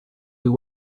you